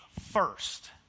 first